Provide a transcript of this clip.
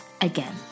again